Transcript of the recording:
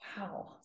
Wow